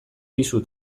pisu